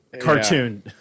Cartoon